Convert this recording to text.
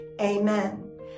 amen